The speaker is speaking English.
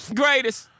greatest